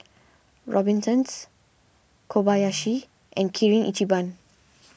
Robinsons Kobayashi and Kirin Ichiban